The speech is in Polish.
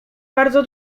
bardzo